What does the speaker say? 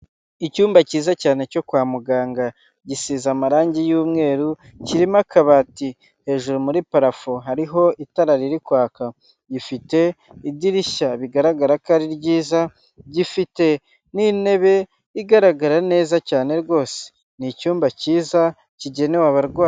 Icyumba cyiza cyane cyo kwa muganga gisize amarangi y'umweru, kirimo akabati hejuru muri parafo hariho itara riri kwaka rifite idirishya bigaragara ko ari ryiza, gifite n'intebe igaragara neza cyane rwose, ni icyumba cyiza kigenewe abarwa...